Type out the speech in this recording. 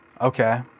okay